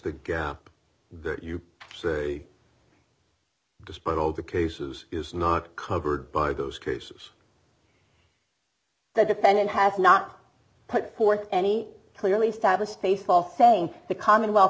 the gap that you say despite all the cases is not covered by those cases the defendant has not put forth any clearly established baseball saying the commonwealth